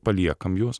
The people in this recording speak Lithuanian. paliekam juos